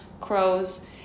crows